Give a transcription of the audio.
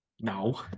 No